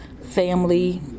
family